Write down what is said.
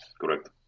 Correct